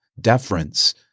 deference